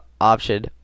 option